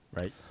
Right